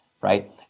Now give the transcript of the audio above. right